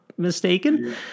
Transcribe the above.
mistaken